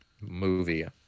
movie